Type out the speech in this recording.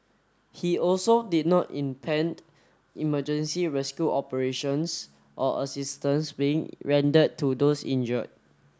he also did not emergency rescue operations or assistance being rendered to those injured